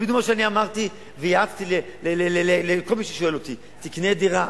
זה בדיוק מה שאמרתי ויעצתי לכל מי ששאל אותי: תקנה דירה,